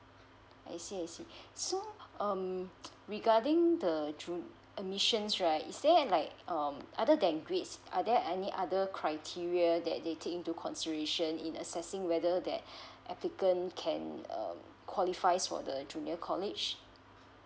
I see I see so um regarding the ju~ admission right is there like um other than grades are there any other criteria that they take into consideration in assessing whether that applicant can um qualifies for the junior college